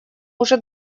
уже